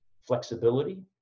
flexibility